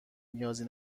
نیازی